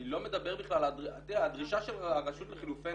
אני לא מדבר בכלל --- הדרישה של הרשות לחילופי